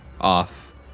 off